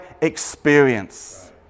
experience